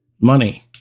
money